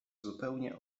zupełnie